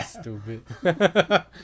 Stupid